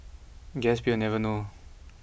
guess we will never know